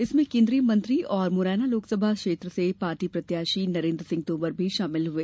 इसमें केन्द्रीय मंत्री और मुरैना लोकसभा क्षेत्र से पार्टी प्रत्याशी नरेन्द्र सिंह तोमर भी शामिल हुए